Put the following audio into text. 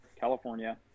California